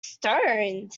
stoned